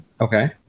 Okay